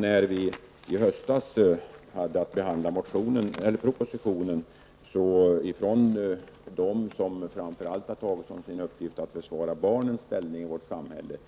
När vi i höstas hade att behandla propositionen om barnens rätt hörde vi från dem som framför allt har tagit till sin uppgift att försvara barnens ställning i samhället